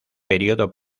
periodo